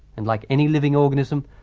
and like any living organism,